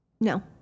No